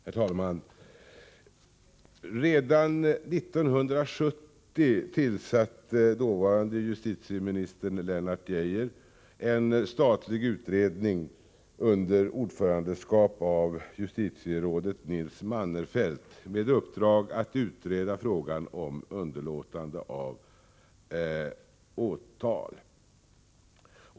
Herr talman! Redan 1970 tillsatte dåvarande justitieministern Lennart Geijer en statlig utredning under ordförandeskap av justitierådet Nils Mannerfeldt, med uppdrag att utreda frågan om underlåtande av åtal.